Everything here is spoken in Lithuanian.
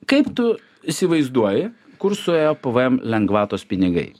kaip tu įsivaizduoji kur suėjo pvm lengvatos pinigai